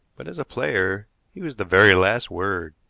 but as a player he was the very last word.